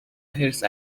حرص